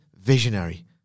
visionary